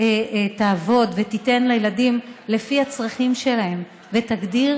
תעבוד ותיתן לילדים לפי הצרכים שלהם ותגדיר